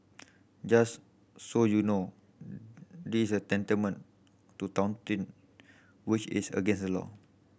just so you know this is tantamount to touting which is against the law